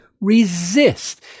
resist